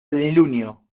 plenilunio